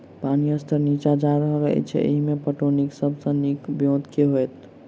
पानि स्तर नीचा जा रहल अछि, एहिमे पटौनीक सब सऽ नीक ब्योंत केँ होइत?